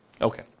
Okay